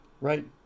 right